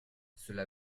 cela